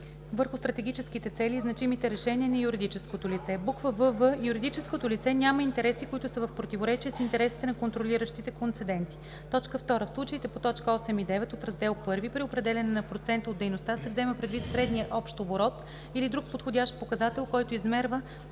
върху стратегическите цели и значимите решения на юридическото лице; вв) юридическото лице няма интереси, които са в противоречие с интересите на контролиращите концеденти. 2. В случаите по т. 8 и 9 от Раздел I при определяне на процента от дейността се взема предвид средният общ оборот или друг подходящ показател, който измерва